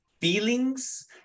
feelings